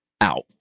out